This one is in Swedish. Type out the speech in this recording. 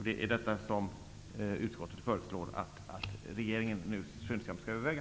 Det är detta som utskottet föreslår att regeringen nu skyndsamt skall överväga.